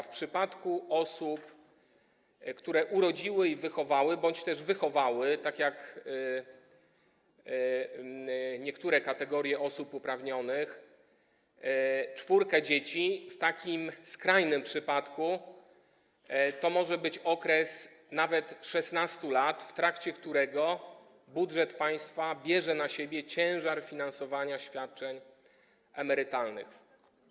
W przypadku osób, które urodziły i wychowały bądź też wychowały, tak jak niektóre kategorie osób uprawnionych, czwórkę dzieci w skrajnych przypadkach może być to okres nawet 16 lat, w trakcie którego budżet państwa bierze na siebie ciężar finansowania świadczeń emerytalnych.